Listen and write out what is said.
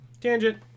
Tangent